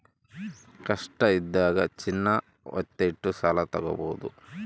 ಕಷ್ಟ ಇದ್ದಾಗ ಚಿನ್ನ ವತ್ತೆ ಇಟ್ಟು ಸಾಲ ತಾಗೊಬೋದು